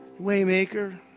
Waymaker